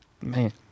man